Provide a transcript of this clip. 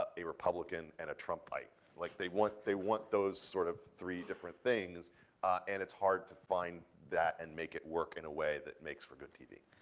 ah a republican, and a trump-ite. like they want want those sort of three different things and it's hard to find that and make it work in a way that makes for good tv.